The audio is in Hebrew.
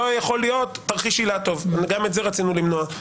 יכול להיות תרחיש אילטוב גם את זה רצינו למנוע.